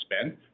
spend